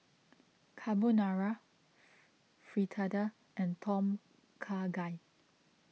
Carbonara Fritada and Tom Kha Gai